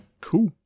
Cool